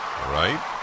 Right